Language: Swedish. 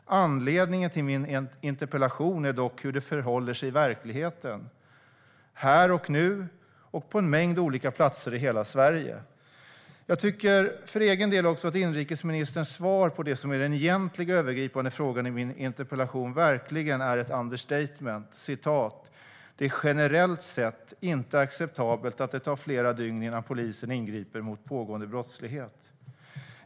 Anledningen till min interpellation är dock hur det förhåller sig i verkligheten här och nu och på en mängd olika platser i hela Sverige. Jag tycker för egen del också att inrikesministerns svar på det som är den egentliga övergripande frågan i min interpellation verkligen är ett understatement: "Det är generellt sett inte acceptabelt att det tar flera dygn innan polisen ingriper mot pågående brottslighet".